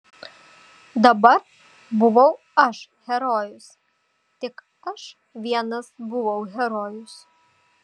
dabar buvau aš herojus tik aš vienas buvau herojus